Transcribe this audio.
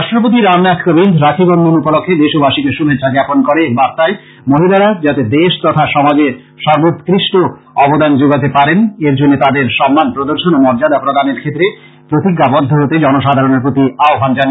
রাষ্ট্রপতি রামনাথ কোবিন্দ রাখি বন্ধন উপলক্ষে দেশবাসীকে শুভেচ্ছা জ্ঞাপন করে এক বার্তায় মহিলারা যাতে দেশ তথা সমাজে সর্বোৎকৃষ্ট অবদান যোগাতে পারেন এরজন্য তাদের সম্মান প্রদর্শন ও মর্যাদা প্রদানের ক্ষেত্রে প্রতিজ্ঞাবদ্ধ হতে জনসাধারণের প্রতি আহ্বান জানিয়েছেন